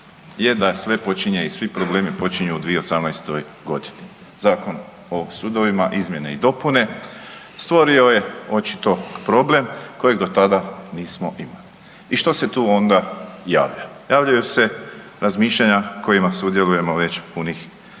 je da sve počinje i svi problemi počinju u 2018. godini, Zakon o sudovima izmjene i dopune stvorio je očito problem kojeg do tada nismo imali. I što se tu onda javlja, javljaju se razmišljanja kojima sudjelujemo već 5